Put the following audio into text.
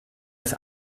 des